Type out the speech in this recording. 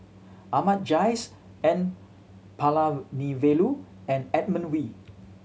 Ahmad Jais N Palanivelu and Edmund Wee